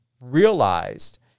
realized